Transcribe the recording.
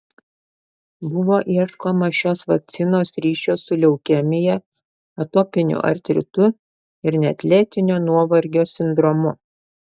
buvo ieškoma šios vakcinos ryšio su leukemija atopiniu artritu ir net lėtinio nuovargio sindromu